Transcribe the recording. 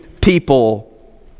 people